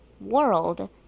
world